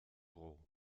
roh